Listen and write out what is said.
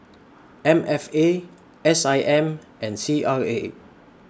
M F A S I M and C R A